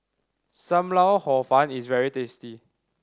Sam Lau Hor Fun is very tasty